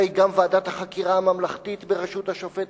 הרי גם ועדת החקירה הממלכתית בראשות השופט